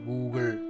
Google